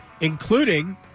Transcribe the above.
including